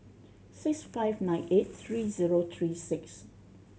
six five nine eight three zero three six